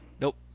Nope